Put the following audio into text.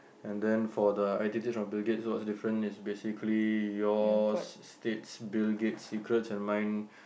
and then for the i_t tips bill-gates what's the difference is basically yours states bill-gates secrets and mine